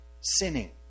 Sinning